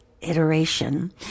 iteration